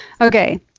Okay